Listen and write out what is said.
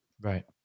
Right